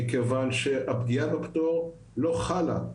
מכיוון שהפגיעה בפטור לא חלה,